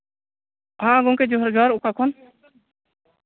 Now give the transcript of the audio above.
ᱦᱮᱸ ᱜᱚᱝᱠᱮ ᱡᱚᱦᱟᱨ ᱡᱚᱦᱟᱨ ᱚᱠᱟ ᱠᱷᱚᱱ